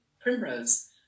Primrose